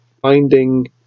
finding